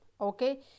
okay